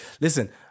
Listen